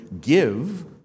give